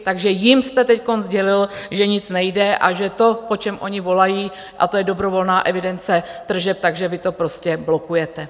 Takže jim jste teď sdělil, že nic nejde a že to, po čem oni volají, a to je dobrovolná evidence tržeb, tak že vy to prostě blokujete.